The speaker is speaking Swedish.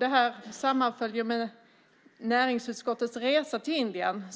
Det sammanföll med näringsutskottets resa till Indien.